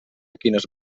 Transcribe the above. quines